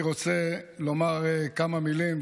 אני רוצה לומר כמה מילים,